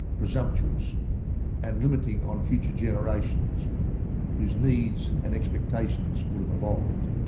presumptuous and limiting on future generations whose needs and expectations would have evolved.